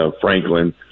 Franklin